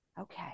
Okay